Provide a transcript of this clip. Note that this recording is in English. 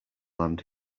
land